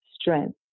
strength